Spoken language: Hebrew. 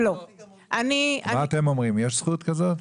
מה אתם אומרים, יש זכות כזאת?